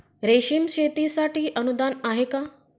रेशीम शेतीसाठी अनुदान आहे का?